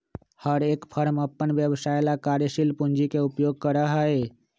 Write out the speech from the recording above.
हर एक फर्म अपन व्यवसाय ला कार्यशील पूंजी के उपयोग करा हई